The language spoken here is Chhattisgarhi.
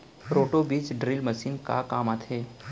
रोटो बीज ड्रिल मशीन का काम आथे?